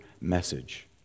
message